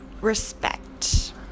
respect